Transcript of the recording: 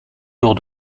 jours